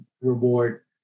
reward